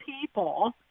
people